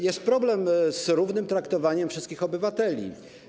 Jest problem z równym traktowaniem wszystkich obywateli.